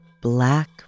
Black